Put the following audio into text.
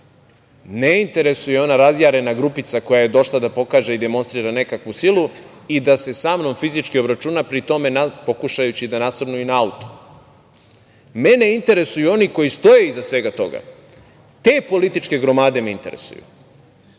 ne interesuje ona razjarena grupica koja je došla da pokaže i demonstrira nekakvu silu i da se sa mnom fizički obračuna, pri tom pokušavajući i da nasrnu i na auto. Mene interesuju oni koji stoje iza toga. Te političke gromade me interesuju.